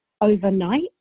overnight